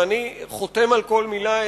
ואני חותם על כל מלה.